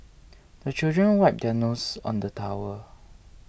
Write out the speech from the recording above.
the children wipe their noses on the towel